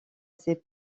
ces